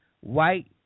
white